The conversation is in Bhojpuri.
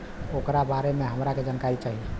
ओकरा बारे मे हमरा के जानकारी चाही?